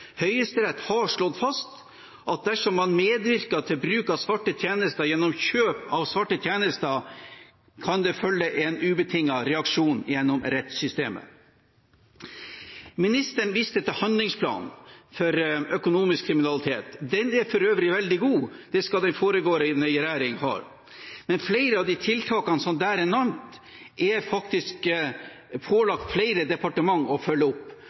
Høyesterett har slått fast at dersom man medvirker til bruk av svarte tjenester gjennom kjøp av svarte tjenester, kan det følge en ubetinget reaksjon gjennom rettssystemet. Ministeren viste til handlingsplanen for økonomisk kriminalitet. Den er for øvrig veldig god – det skal den foregående regjeringen ha. Men flere av de tiltakene som er nevnt der, er faktisk flere departementer pålagt å følge opp.